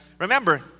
remember